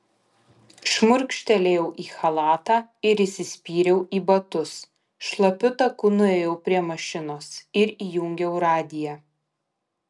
šmurkštelėjau į chalatą ir įsispyriau į batus šlapiu taku nuėjau prie mašinos ir įjungiau radiją